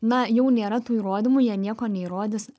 na jau nėra tų įrodymų jie nieko neįrodys